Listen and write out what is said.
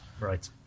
right